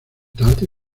tarde